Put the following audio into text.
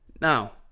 now